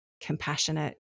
compassionate